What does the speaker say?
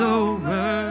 over